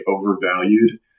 overvalued